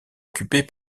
occupés